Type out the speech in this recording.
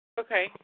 Okay